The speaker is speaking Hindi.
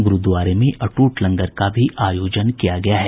गुरूद्वारे में अटूट लंगर का भी आयोजन किया गया है